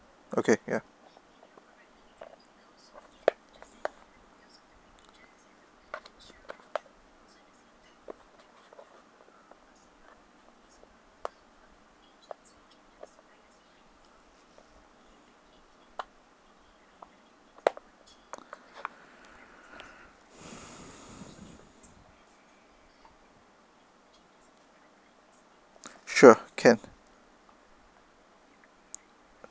okay ya sure can